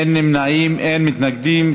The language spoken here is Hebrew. אין נמנעים, אין מתנגדים.